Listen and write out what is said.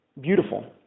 beautiful